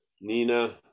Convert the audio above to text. Nina